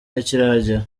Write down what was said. ntikiragera